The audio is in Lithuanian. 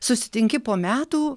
susitinki po metų